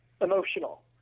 emotional